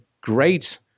great